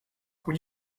would